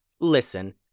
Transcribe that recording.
Listen